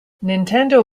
nintendo